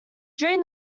during